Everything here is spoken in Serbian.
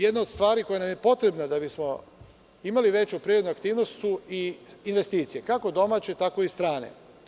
Jedna od stvari koja nam je potrebna da bismo imali veću privrednu aktivnost su i investicije, kako domaće tako i strane.